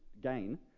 gain